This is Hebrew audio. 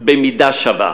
במידה שווה.